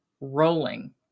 rolling